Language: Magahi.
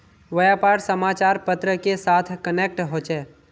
व्यापार समाचार पत्र के साथ कनेक्ट होचे?